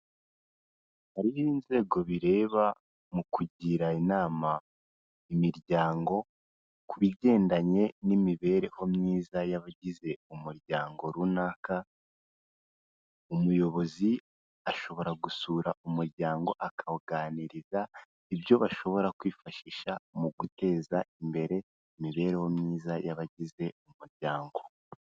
Hariho inzego bireba, mu kugira inama imiryango, ku bigendanye n'imibereho myiza y'abagize umuryango runaka, umuyobozi ashobora gusura umuryango akawuganiriza ibyo bashobora kwifashisha mu guteza imbere imibereho myiza y'abagize umuryango.